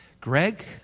Greg